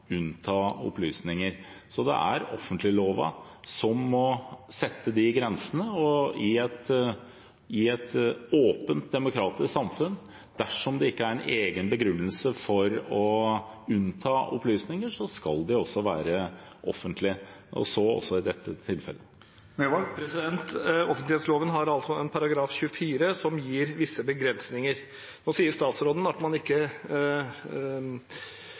unnta opplysninger. Så det er offentleglova som må sette de grensene, og i et åpent demokratisk samfunn, dersom det ikke er en egen begrunnelse for å unnta opplysninger, skal de være offentlige – så også i dette tilfellet. Offentlighetsloven har en § 24 som setter visse begrensninger. Nå sier statsråden at man mener at § 24 ikke